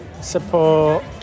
support